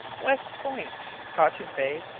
west point, cotton bay,